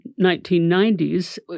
1990s